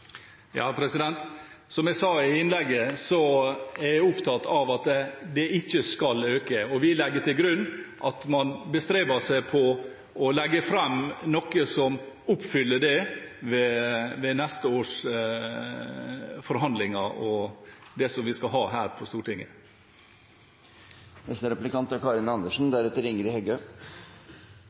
Som jeg sa i innlegget, er jeg opptatt av at det ikke skal øke, og vi legger til grunn at man bestreber seg på å legge fram noe som oppfyller det, ved neste års forhandlinger og ved det som vi skal ha her på Stortinget.